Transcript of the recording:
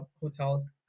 hotels